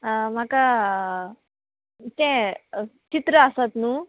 म्हाका तें चित्र आसोता न्हू